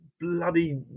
bloody